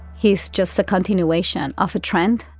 he's just a continuation of a trend.